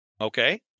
Okay